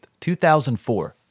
2004